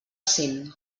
cent